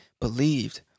believed